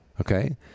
okay